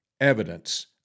evidence